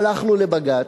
הלכנו לבג"ץ,